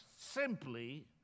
Simply